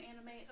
Anime